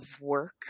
work